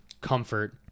comfort